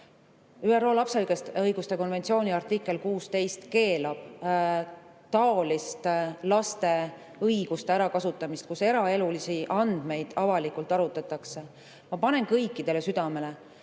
ÜRO lapse õiguste konventsiooni artikkel 16 keelab taolise laste õiguste ärakasutamise, kus eraelulisi andmeid avalikult arutatakse. Ma panen kõikidele südamele,